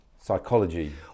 psychology